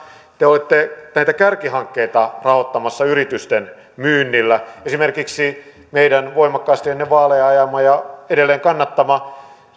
te te olette näitä kärkihankkeita rahoittamassa yritysten myynnillä esimerkiksi meidän voimakkaasti ennen vaaleja ajamamme ja edelleen kannattamamme